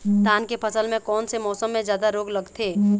धान के फसल मे कोन से मौसम मे जादा रोग लगथे?